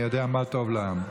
אני יודע מה טוב לעם.